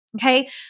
okay